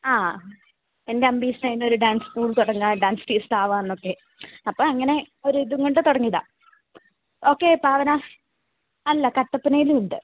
ആ എൻ്റെ അഅംബീഷൻ ആയിരുന്നു ഒരു ഡാൻസ് സ്കൂൾ തുടങ്ങുക ഡാൻസ് ടീച്ചർ ആവുക എന്നൊക്കെ അപ്പം അങ്ങനെ ഒരു ഇതും കൊണ്ട് തുടങ്ങിയതാണ് ഓക്കെ പാവന അല്ല കട്ടപ്പനയിലും ഉണ്ട്